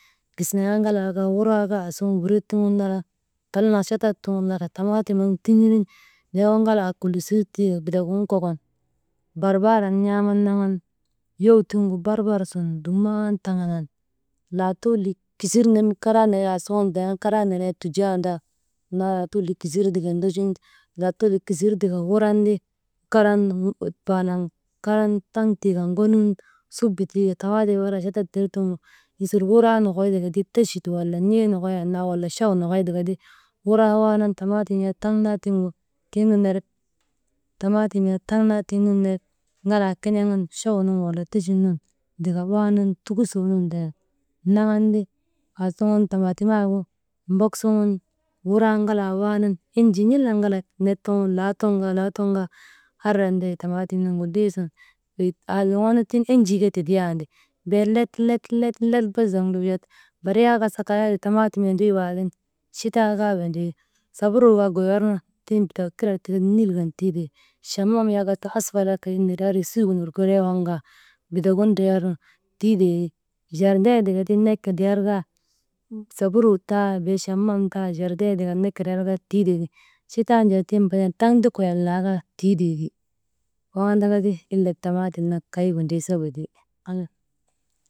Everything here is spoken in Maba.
Gisiŋaa ŋalaa kaa aasuŋun wuraa kaa wiret suŋun naran tal nat chatat suŋun laka tamaatim waŋ tiŋirin joko ŋalaa kulisir tii ka bitagin kokon barbaarak n̰aaman naŋan yowuu tiŋgu barbar suŋ dumnan taŋanan laatuu likisir nir karaa nenee aasuŋun, karaa nenee tujandaa «hesitation» laatuu tikisir tika wuran ti «hesitation» karan taŋ tiikan ŋonun, subu tiika tamaatim wala chatat dir tiŋgu misil wuraa nokoy tikati misil techit wala, n̰ee nokoy annaa wala chay nokoy tika ti wuraa waanan tamaatim yak taŋ naa tiŋgu « hesitation » tiŋ nun ner ŋalaa ken̰eŋan chaw nun, wala tachit nun tika waanan tukusoo nun ndayan naŋan ti aasuŋun tamaatimaayegu mbok suŋun wuraa ŋalaa waanan enjii n̰iiliŋalaa let tuŋun laa ton kaa, laa ton kaa, andriyan ti wey tamaatim nuŋgu wey lii sun, wey aazoŋoo nu tiŋ enjii ke tidiyandi, be let, let, let, let bes zoŋte. Barik yak kay andrii tamaatim windrii waagu, chitaa kaa windrii, saburuu kaa tiŋ goyernu tiŋ bitagu kirak tika nil kan tiitee ti, chamam yak has asfar yak kay neri suugin wurkuuree waŋkaa bitak gin ndriyarnu tiitee ti, jardien tika ti ne kindriyar kaa saburuu taa, bee chamam kaa bee jardien tika ne kindriyarkaa tiitee ti, chitaan jaa tiŋ taŋ ti koyen laakaa tiitee ti waŋ andaka illek tamaatim nak kay windriisegu ti, halas.